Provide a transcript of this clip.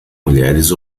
mulheres